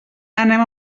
anem